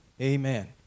Amen